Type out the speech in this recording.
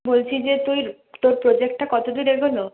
বলছি যে তুই তোর প্রোজেক্টটা কত দূর এগোলো